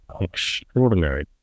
extraordinary